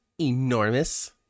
enormous